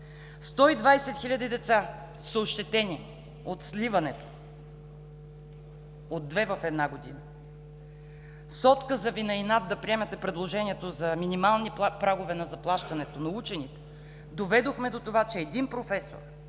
хиляди деца са ощетени от сливането на две години в една. Отказът Ви на инат да приемете предложението за минимални прагове на заплащането на учените доведе до това, че един професор